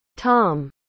Tom